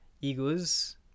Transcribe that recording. egos